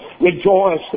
rejoice